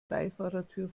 beifahrertür